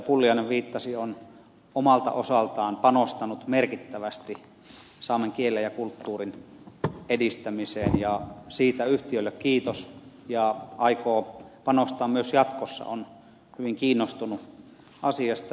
pulliainen viittasi on omalta osaltaan panostanut merkittävästi saamen kielen ja kulttuurin edistämiseen ja siitä yhtiölle kiitos ja se aikoo panostaa myös jatkossa on hyvin kiinnostunut asiasta